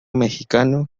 mexicano